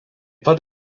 pat